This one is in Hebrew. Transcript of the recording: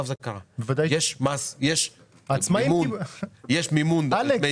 יש מימון לימי בידוד.